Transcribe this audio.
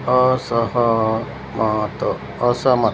असहमत असहमत